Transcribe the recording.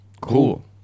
Cool